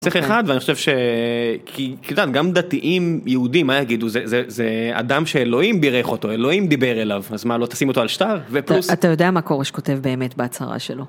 צריך אחד ואני חושב שגם דתיים יהודים, מה יגידו, זה זה אדם שאלוהים בירך אותו, אלוהים דיבר אליו, אז מה, לא תשים אותו על שטר ופוסט? אתה יודע מה כורש כותב באמת בהצהרה שלו.